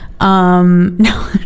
No